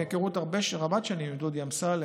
מהיכרות רבת שנים עם דודי אמסלם,